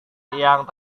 yang